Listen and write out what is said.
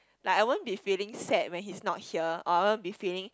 like I won't be feeling sad when he's not here or I won't be feeling